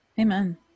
Amen